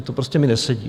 To prostě mi nesedí.